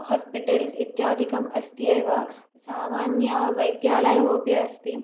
hospitals इत्यादिकम् अस्त्येव सामान्यः वैद्यालयोऽपि अस्ति